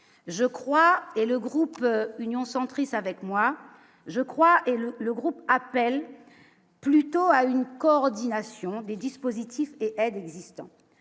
je crois, et le groupe Union centriste avec moi, je crois, et le le groupe appelle plutôt à une coordination des dispositifs et existant